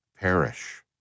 perish